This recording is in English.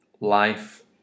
life